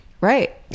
Right